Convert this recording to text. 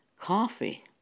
coffee